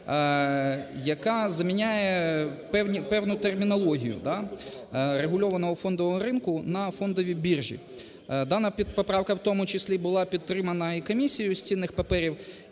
яка заміняє певну термінологію – да? – "регульованого фондового ринку" на "фондові біржі". Дана поправка, в тому числі, була підтримана і Комісією з цінних паперів,